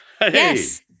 Yes